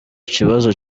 kibanza